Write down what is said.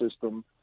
system